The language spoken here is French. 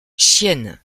chienne